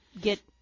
get